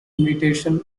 invitation